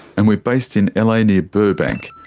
and we're based in and la near burbank.